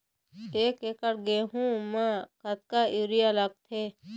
एक एकड़ गेहूं म कतक यूरिया लागथे?